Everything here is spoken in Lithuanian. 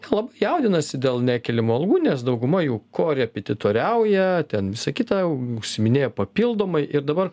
nelabai jaudinasi dėl nekeliamų algų nes dauguma jų korepititoriauja ten visa kita užsiiminėja papildomai ir dabar